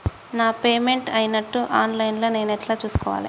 నా పేమెంట్ అయినట్టు online లా నేను ఎట్ల చూస్కోవాలే?